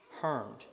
harmed